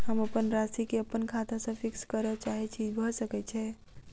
हम अप्पन राशि केँ अप्पन खाता सँ फिक्स करऽ चाहै छी भऽ सकै छै?